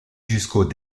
jusqu’au